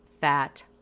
fat